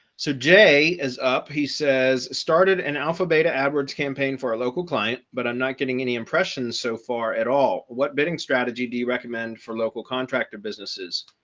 so jay is up, he says, started an alpha beta adwords campaign for a local client, but i'm not getting any impressions so far at all. what bidding strategy do you recommend for local contractor businesses?